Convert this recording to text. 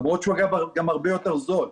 למרות שהוא אגב גם הרבה יותר זול.